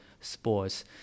sports